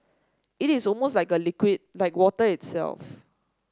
it is almost like a liquid like water itself